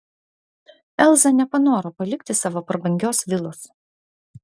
elza nepanoro palikti savo prabangios vilos